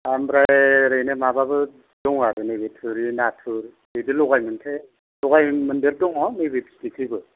ओमफ्राय ओरैनो माबाबो दङ आरो नैबे थुरि नाथुर बिदि ल'गाय मोनथाय ल'गाय मोन्देर दङ नैबे फिथिख्रिबो